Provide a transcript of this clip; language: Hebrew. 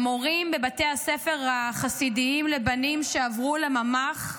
המורים בבתי הספר החסידיים לבנים שעברו לממ"ח